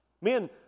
Men